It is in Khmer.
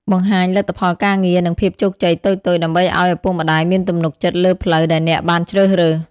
បង្ហាញលទ្ធផលការងារ និងភាពជោគជ័យតូចៗ ដើម្បីឱ្យឪពុកម្តាយមានទំនុកចិត្តលើផ្លូវដែលអ្នកបានជ្រើសរើស។